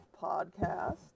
podcast